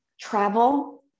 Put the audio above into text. travel